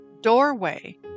Doorway